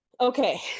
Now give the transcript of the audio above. Okay